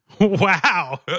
Wow